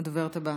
תודה,